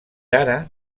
ara